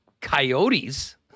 Coyotes